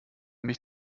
mich